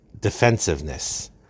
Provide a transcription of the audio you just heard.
defensiveness